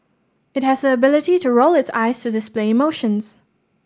it has the ability to roll its eyes to display emotions